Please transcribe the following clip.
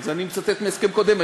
אז אני מצטט מהסכם קודם,